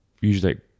usually